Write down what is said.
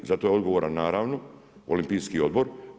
Zato je odgovoran naravno Olimpijski odbor.